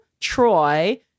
Troy